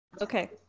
Okay